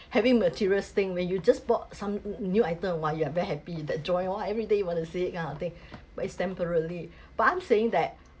having materials thing when you just bought some new items !wah! you are very happy that joy hor everyday you wanna say uh thank but is temporarily but I'm saying that